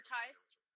advertised